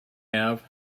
have